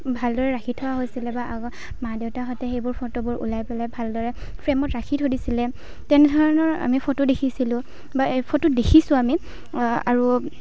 ভালদৰে ৰাখি থোৱা হৈছিলে বা আগত মা দেউতাহঁতে সেইবোৰ ফটোবোৰ ওলাই পেলাই ভালদৰে ফ্ৰেমত ৰাখি থৈ দিছিলে তেনেধৰণৰ আমি ফটো দেখিছিলোঁ বা এই ফটো দেখিছোঁ আমি আৰু